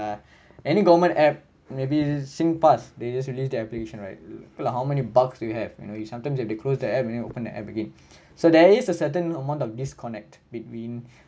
uh any government app maybe singpass they just release the application right how many bugs do you have you know you sometimes you have to close the app and then open the app again so there is a certain amount of disconnect between